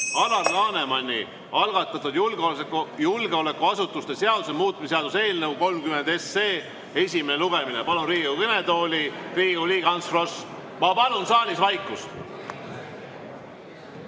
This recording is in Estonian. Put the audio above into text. Alar Lanemani algatatud julgeolekuasutuste seaduse muutmise seaduse eelnõu 30 esimene lugemine. Palun Riigikogu kõnetooli, Riigikogu liige Ants Frosch. Ma palun saalis vaikust!